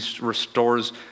restores